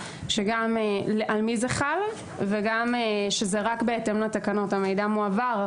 גם על מי זה חל וגם שרק בהתאם לתקנות המידע מועבר.